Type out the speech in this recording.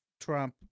trump